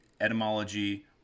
etymology